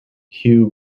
hugh